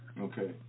Okay